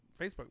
Facebook